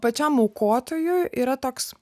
pačiam aukotojui yra toks